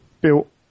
built